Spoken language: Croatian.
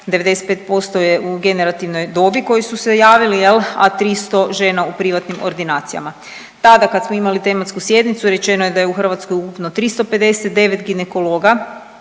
95% je u generativnoj dobi koji su se javili, a 300 žena u privatnim ordinacijama. Tada kad smo imali tematsku sjednicu, rečeno je da je u Hrvatskoj ukupno 359 ginekologa,